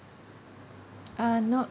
uh not